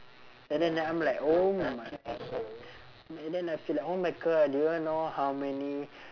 and then then I'm like oh my and then I feel like oh my god do you know how many